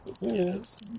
Yes